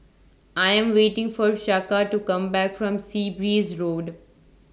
I Am waiting For Chaka to Come Back from Sea Breeze Road